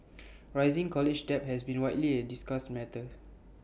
rising college debt has been widely A discussed matter